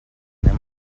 anem